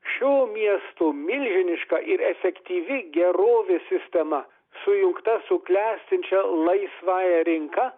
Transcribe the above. šio miesto milžiniška ir efektyvi gerovės sistema sujungta su klestinčia laisvąja rinka